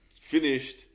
finished